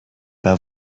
pas